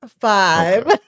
five